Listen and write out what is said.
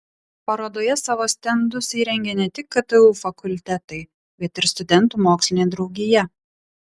parodoje savo stendus įrengė ne tik ktu fakultetai bet ir studentų mokslinė draugija